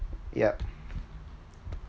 yup